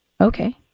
Okay